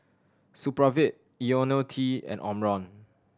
Supravit Ionil T and Omron